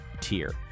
tier